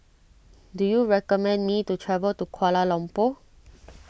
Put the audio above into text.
do you recommend me to travel to Kuala Lumpur